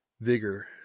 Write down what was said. vigor